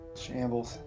shambles